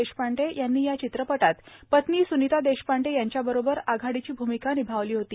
देशपांडे यांनी या चित्रपटात पत्नी सुनिता देशपांडे यांच्या बरोबर आघाडीची भूमिका निभावली होती